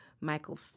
Michael